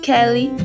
Kelly